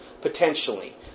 potentially